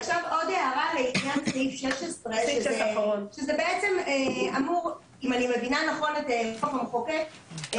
עוד הערה לעניין סעיף 16. אם אני מבינה נכון את רצון המחוקק,